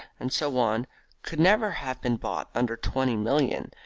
and so on could never have been bought under twenty millions,